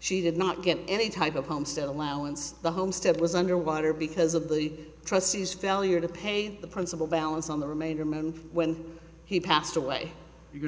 she did not get any type of homestead allowance the homestead was underwater because of the trustees failure to pay the principal balance on the remainder man when he passed away you